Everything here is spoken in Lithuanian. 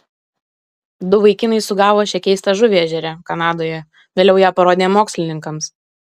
du vaikinai sugavo šią keistą žuvį ežere kanadoje vėliau ją parodė mokslininkams